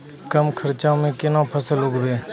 कम खर्चा म केना फसल उगैबै?